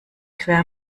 quer